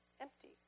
empty